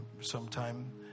sometime